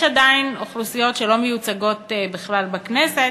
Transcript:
יש עדיין אוכלוסיות שלא מיוצגות בכלל בכנסת,